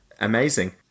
amazing